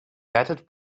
batted